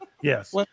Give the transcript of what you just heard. Yes